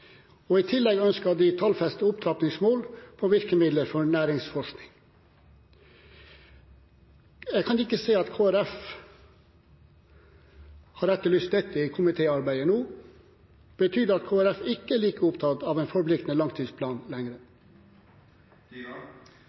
instituttsektoren. I tillegg ønsket de tallfestede opptrappingsmål og virkemidler for næringsforskning. Jeg kan ikke se at Kristelig Folkeparti har etterlyst dette i komitéarbeidet nå. Betyr det at Kristelig Folkeparti ikke lenger er like opptatt av en forpliktende langtidsplan?